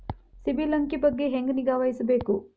ಸಿಬಿಲ್ ಅಂಕಿ ಬಗ್ಗೆ ಹೆಂಗ್ ನಿಗಾವಹಿಸಬೇಕು?